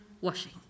washing